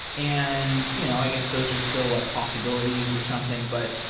and you know i guess those are still like possibilities or something. but,